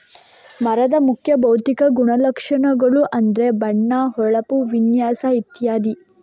ಮರದ ಮುಖ್ಯ ಭೌತಿಕ ಗುಣಲಕ್ಷಣಗಳು ಅಂದ್ರೆ ಬಣ್ಣ, ಹೊಳಪು, ವಿನ್ಯಾಸ ಇತ್ಯಾದಿ